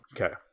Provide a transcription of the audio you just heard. Okay